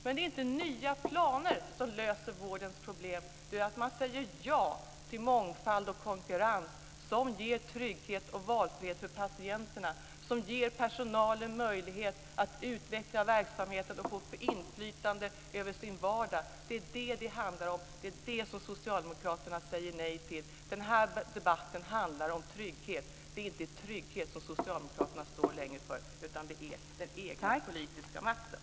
Men det är inte nya planer som löser vårdens problem, utan det är att man säger ja till mångfald och konkurrens som ger trygghet och valfrihet för patienterna och som ger personalen möjlighet att utveckla verksamheten och få inflytande över sin vardag. Det är vad det handlar om och det är det som Socialdemokraterna säger nej till. Den här debatten handlar om trygghet. Det är dock inte trygghet som Socialdemokraterna längre står för, utan det är fråga om den egna politiska makten.